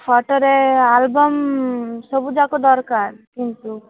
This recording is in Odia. ଫୋଟୋରେ ଆଲବମ୍ ସବୁଯାକ ଦରକାର କିନ୍ତୁ